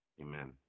Amen